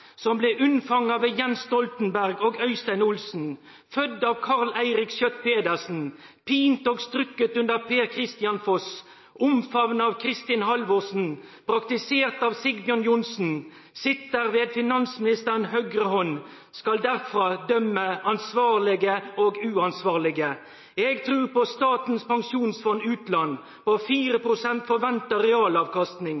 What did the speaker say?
Som ble unnfanget ved Jens Stoltenberg og Øystein Olsen Født av Karl Eirik Schjøtt-Pedersen Pint og strukket under Per-Kristian Foss Omfavnet av Kristin Halvorsen Praktisert av Sigbjørn Johnsen Sitter ved finansministerens høyre hånd Skal derfra dømme ansvarlige og uansvarlige Jeg tror på Statens pensjonsfond – utland På fire